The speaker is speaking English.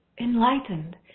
enlightened